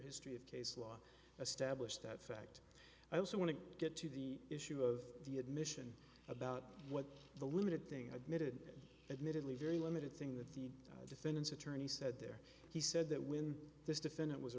history of case law established that fact i also want to get to the issue of the admission about what the limited thing admitted admittedly very limited thing that the defendant's attorney said there he said that when this defendant was